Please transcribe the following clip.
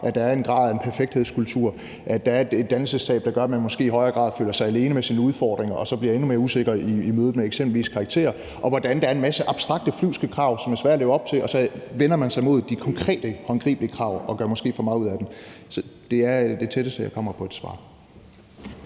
at der er en grad af en perfekthedskultur, at der er et dannelsestab, der gør, at man måske i højere grad føler sig alene med sine udfordringer og så bliver endnu mere usikker i mødet med eksempelvis karakterer, og at der er en masse abstrakte, flyvske krav, som er svære at leve op til, og så vender man sig mod de konkrete, håndgribelige krav og gør måske for meget ud af dem. Det er det tætteste, jeg kommer på et svar.